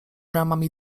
bramami